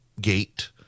Gate